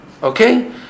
Okay